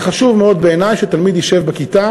זה חשוב מאוד בעיני שתלמיד ישב בכיתה